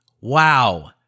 Wow